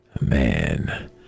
Man